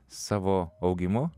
savo augimu